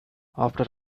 after